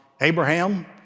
Abraham